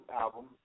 Album